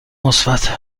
مثبته